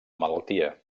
malaltia